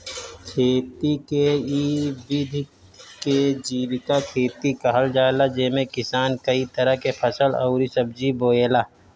खेती के इ विधि के जीविका खेती कहल जाला जेमे किसान कई तरह के फसल अउरी सब्जी बोएला